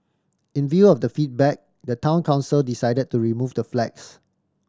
in view of the feedback the Town Council decided to remove the flags